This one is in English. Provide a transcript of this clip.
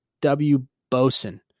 W-boson